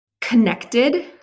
connected